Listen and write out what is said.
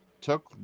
took